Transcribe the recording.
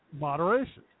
moderation